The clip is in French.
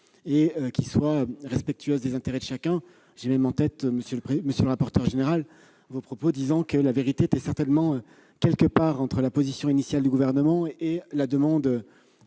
en étant respectueuse des intérêts de chacun. J'ai même en tête, monsieur le rapporteur général, vos propos selon lesquels la vérité se situe certainement quelque part entre la position initiale du Gouvernement et la demande